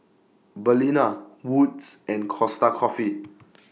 Balina Wood's and Costa Coffee